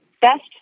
Best